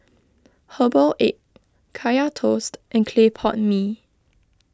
Herbal Egg Kaya Toast and Clay Pot Mee